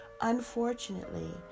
Unfortunately